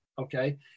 okay